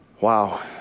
Wow